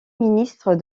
ministre